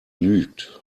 lügt